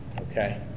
Okay